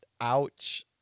Ouch